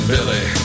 Billy